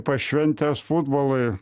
pašventęs futbolui